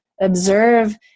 Observe